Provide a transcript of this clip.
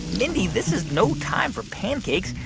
mindy, this is no time for pancakes.